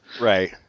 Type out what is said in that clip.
Right